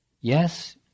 Yes